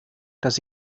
dass